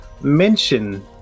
mention